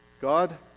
God